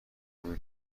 این